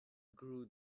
grew